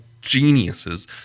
geniuses